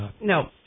No